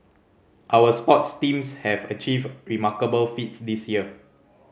our sports teams have achieved remarkable feats this year